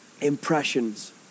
impressions